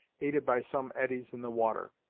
aided by some eddies in the water.